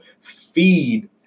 feed